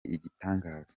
igitangaza